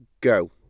go